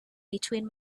between